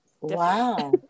wow